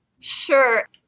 Sure